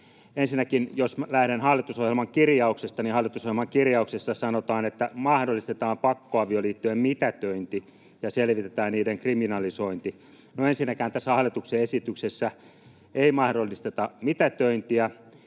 Ensinnäkin, jos lähden hallitusohjelman kirjauksista, niin hallitusohjelman kirjauksissa sanotaan, että ”mahdollistetaan pakkoavioliittojen mitätöinti ja selvitetään niiden kriminalisointi”. No ensinnäkään tässä hallituksen esityksessä ei mahdollisteta mitätöintiä